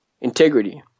integrity